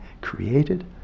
created